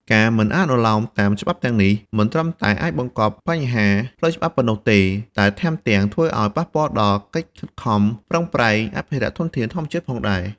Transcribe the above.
ការមិនអនុលោមតាមច្បាប់ទាំងនេះ មិនត្រឹមតែអាចបង្កប់ញ្ហាផ្លូវច្បាប់ប៉ុណ្ណោះទេ តែថែមទាំងធ្វើឲ្យប៉ះពាល់ដល់កិច្ចខិតខំប្រឹងប្រែងអភិរក្សធនធានធម្មជាតិផងដែរ។